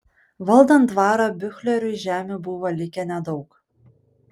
valdant dvarą biuchleriui žemių buvo likę nedaug